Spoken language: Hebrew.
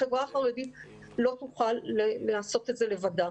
החברה החרדית לא תוכל לעשות את זה לבדה.